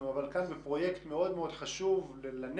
אבל אנחנו כאן בפרויקט מאוד מאוד חשוב לנגב,